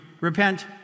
repent